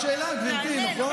שאלת שאלה, גברתי, נכון?